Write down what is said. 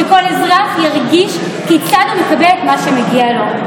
וכל אזרח ירגיש כיצד הוא מקבל את מה שמגיע לו.